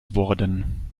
worden